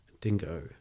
Dingo